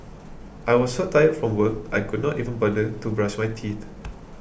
I was so tired from work I could not even bother to brush my teeth